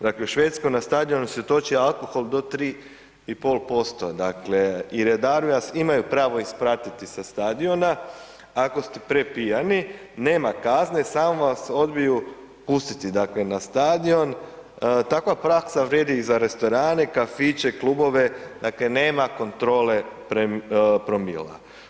Dakle u Švedskoj na stadionu se toči alkohol do 3,5%, dakle i redari vas imaju pravo ispratiti sa stadiona ako ste prepijani, nema kazne samo vas odbiju pustiti dakle na stadion, takva praksa vrijedi i za restorane, kafiće, klubove, dakle nema kontrole promila.